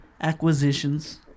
acquisitions